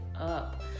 up